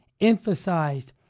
emphasized